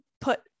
put